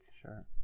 Sure